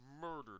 murdered